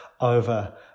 over